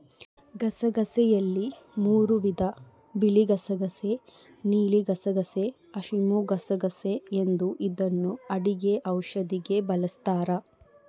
ಗಸಗಸೆಯಲ್ಲಿ ಮೂರೂ ವಿಧ ಬಿಳಿಗಸಗಸೆ ನೀಲಿಗಸಗಸೆ, ಅಫಿಮುಗಸಗಸೆ ಎಂದು ಇದನ್ನು ಅಡುಗೆ ಔಷಧಿಗೆ ಬಳಸ್ತಾರ